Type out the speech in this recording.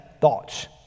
thoughts